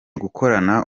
gukorana